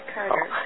Carter